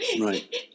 Right